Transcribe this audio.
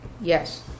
yes